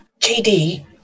JD